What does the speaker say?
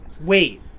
Wait